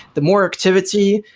the more activity,